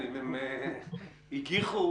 אביעד, אתה רוצה להוסיף עוד משהו?